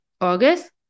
August